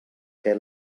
què